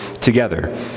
together